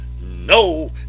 no